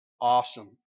Awesome